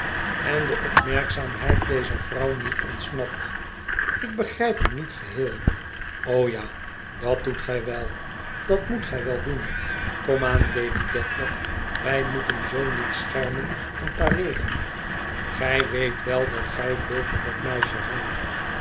en de opmerkzaamheid dezer vrouw niet ontsnapt ik begrijp u niet geheel o ja dat doet gij wel dat moet gij wel doen kom aan lady dedlock wij moeten zoo niet schermen en pareeren gij weet wel dat gij veel van dat meisje houdt